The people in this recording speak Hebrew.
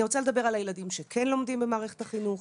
אני רוצה לדבר על הילדים שכן לומדים במערכת החינוך.